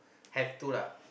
have to lah